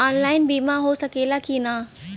Online बीमा हो सकेला की ना?